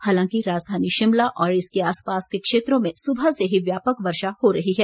हालांकि राजधानी शिमला और इसके आसपास के क्षेत्रों में सुबह से ही व्यापक वर्षा हो रही है